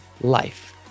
Life